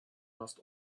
must